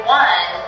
one